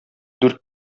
дүрт